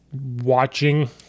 watching